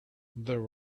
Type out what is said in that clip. there